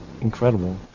incredible